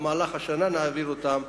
במהלך השנה נעביר אותם,